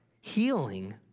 healing